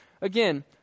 again